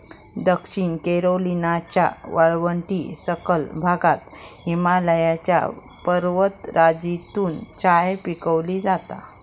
दक्षिण कॅरोलिनाच्या वाळवंटी सखल भागात हिमालयाच्या पर्वतराजीतून चाय पिकवलो जाता